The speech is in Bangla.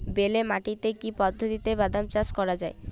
বেলে মাটিতে কি পদ্ধতিতে বাদাম চাষ করা যায়?